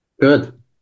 Good